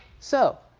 so